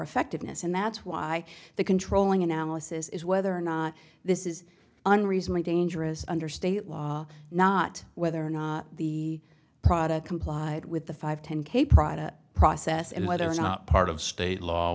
effectiveness and that's why the controlling analysis is whether or not this is an reason a dangerous under state law not whether or not the product complied with the five ten k product process and whether or not part of state law